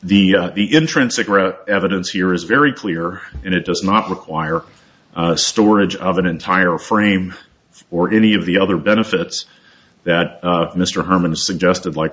the the intrinsic evidence here is very clear and it does not require storage of an entire frame or any of the other benefits that mr herman suggested like